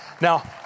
Now